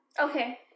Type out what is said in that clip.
okay